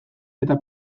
eta